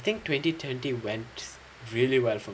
I think twenty twenty went really well for me